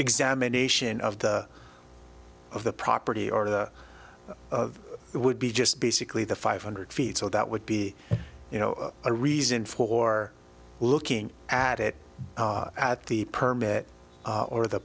examination of the of the property or it would be just basically the five hundred feet so that would be you know a reason for looking at it at the permit or the